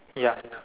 ya